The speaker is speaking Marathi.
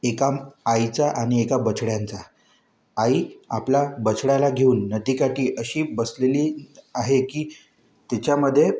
एका आईचा आणि एका बछड्याचा आई आपला बछड्याला घेऊन नदीकाठी अशी बसलेली आहे की तिच्यामध्ये